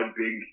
big